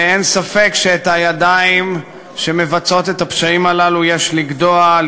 ואין ספק שאת הידיים שמבצעות את הפשעים הללו יש לגדוע,